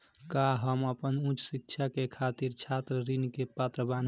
का हम आपन उच्च शिक्षा के खातिर छात्र ऋण के पात्र बानी?